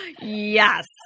Yes